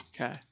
Okay